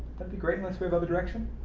be great. let's move other direction.